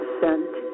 sent